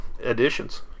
additions